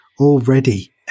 already